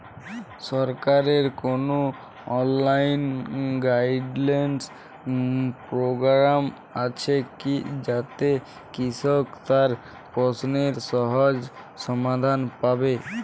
সরকারের কোনো online guidance program আছে কি যাতে কৃষক তার প্রশ্নের সহজ সমাধান পাবে?